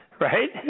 right